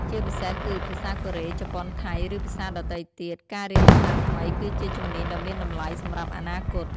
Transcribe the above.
ជាពិសេសគឺ ភាសាកូរ៉េ ជប៉ុន ថៃ ឬភាសាដទៃទៀត ការរៀនភាសាថ្មីគឺជាជំនាញដ៏មានតម្លៃសម្រាប់អនាគត។